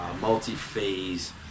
multi-phase